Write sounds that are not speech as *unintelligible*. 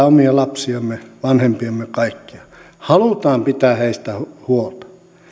*unintelligible* omia lapsiamme vanhempiamme kaikkia haluamme pitää heistä huolta